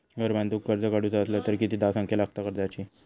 घर बांधूक कर्ज काढूचा असला तर किती धावसंख्या लागता कर्जाची?